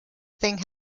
thing